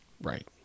Right